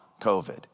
COVID